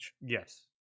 Yes